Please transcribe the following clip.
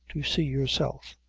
to see yourself,